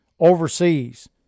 Overseas